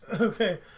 Okay